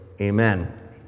Amen